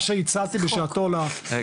מה שהצעתי בשעתו --- לא,